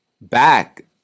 back